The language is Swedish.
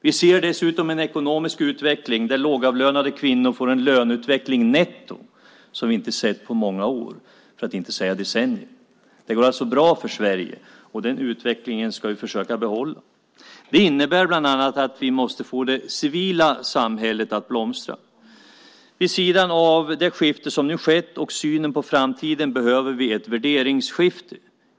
Vi ser dessutom en ekonomisk utveckling där lågavlönade kvinnor får en löneutveckling, netto, som vi inte sett på många år, för att inte säga decennier. Det går alltså bra för Sverige, och den utvecklingen ska vi försöka behålla. Det innebär bland annat att vi måste få det civila samhället att blomstra. Vid sidan av det skifte som nu skett och synen på framtiden behöver vi ett värderingsskifte.